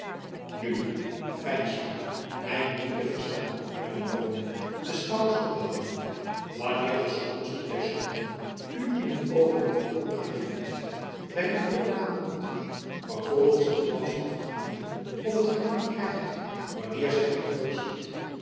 nu veins maar my niet te verstaan hernam bromley de schouders ophalende wanneer de schoonste der schoonen u in een oogenblik van onnadenkendheid by uw doopnaam noemt vervolgends een glans van vergenoegen op t gelaat krijgt wanneer zy u terug